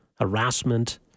harassment